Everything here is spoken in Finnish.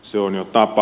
se on jo tapa